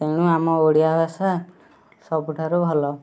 ତେଣୁ ଆମ ଓଡ଼ିଆ ଭାଷା ସବୁଠାରୁ ଭଲ